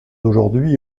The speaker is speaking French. aujourd’hui